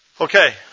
okay